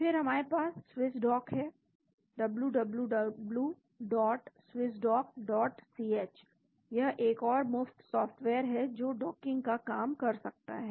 फिर हमारे पास स्विस डॉक है wwwswissdockch यह एक और मुफ्त सॉफ्टवेयर है जो डॉकिंग का काम कर सकता है